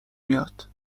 میاد